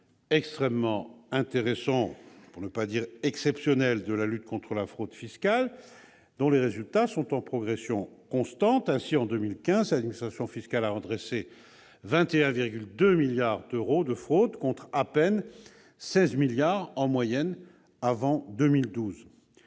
extrêmement intéressants, pour ne pas dire exceptionnels, dans la lutte contre la fraude fiscale. Ces résultats sont en progression constante. Ainsi, en 2015, l'administration fiscale a redressé 21,2 milliards d'euros de fraude, contre à peine 16 milliards d'euros, en moyenne, avant 2012.